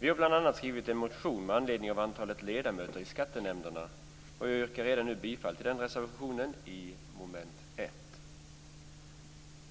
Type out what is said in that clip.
Vi har bl.a. skrivit en motion med anledning av antalet ledamöter i Skattenämnderna. Jag yrkar redan nu bifall till reservationen under mom. 1.